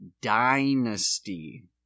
dynasty